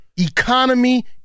economy